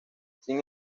sin